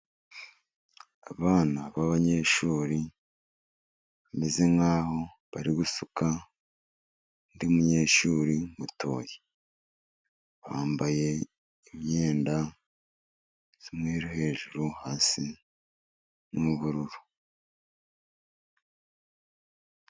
Abana b'abanyeshuri，bameze nk'aho bari gusuka undi munyeshuri mutoya. Bambaye imyenda y’imyeru hejuru, hasi ni ubururu.